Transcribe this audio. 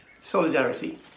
solidarity